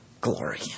glory